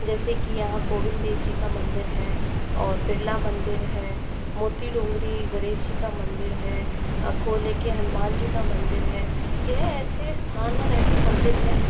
जैसे कि यहाँ गोविन्द देव जी का मंदिर है और बिडला मंदिर है मोती डोंगरी गणेश जी का मंदिर है अकोले के हनुमान जी का मंदिर है यह ऐसे स्थान और मंदिर हैं